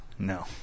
No